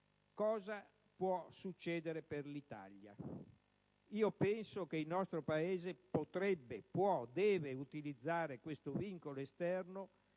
Cosa può accadere per l'Italia? Penso che il nostro Paese possa e debba utilizzare questo vincolo esterno